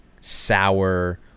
sour